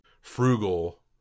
frugal